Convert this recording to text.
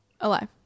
Alive